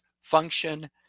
function